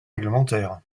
réglementaire